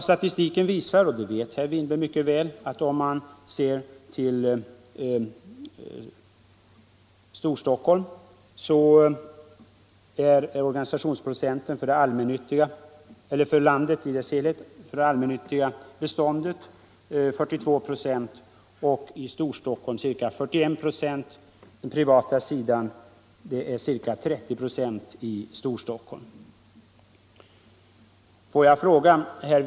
Statistiken visar, vilket herr Winberg mycket väl vet, att organisationsprocenten för det allmännyttiga beståndet i landet som helhet är 42 procent och i Storstockholm ca 41 procent. På den privata sektorn är det ca 30 procent organiserade hyresgäster i Storstockholm.